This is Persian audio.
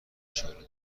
اشاره